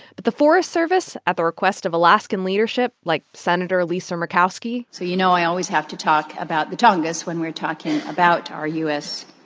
but the forest service, at the request of alaskan leadership like senator lisa murkowski. so you know i always have to talk about the tongass when we're talking about our u s.